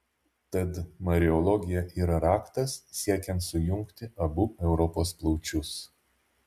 tad mariologija yra raktas siekiant sujungti abu europos plaučius